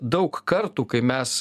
daug kartų kai mes